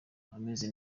ameze